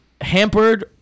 hampered